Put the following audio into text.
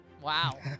Wow